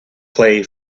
play